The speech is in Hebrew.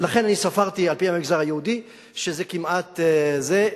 לכן אני ספרתי על-פי המגזר היהודי שזה כמעט זה.